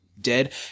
dead